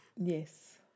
Yes